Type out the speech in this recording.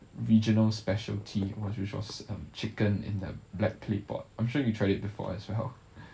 regional specialty which was um chicken in a black clay pot I'm sure you tried it before as well